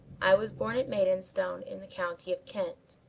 i was born at maidstone in the county of kent.